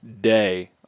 day